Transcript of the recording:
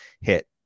hit